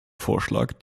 vorschlag